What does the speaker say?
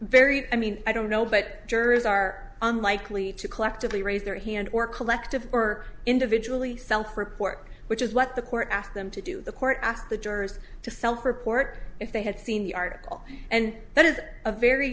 very i mean i don't know but jurors are unlikely to collectively raise their hand or collective or individually self report which is what the court asked them to do the court asked the jurors to self report if they had seen the article and that is a very